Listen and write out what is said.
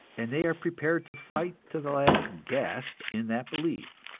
and they are prepared to fight to the last gasp in that belief.